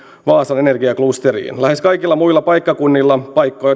vaasan energiaklusteriin lähes kaikilla muilla paikkakunnilla